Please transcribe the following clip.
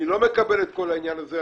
אני לא מקבל את כל העניין הזה.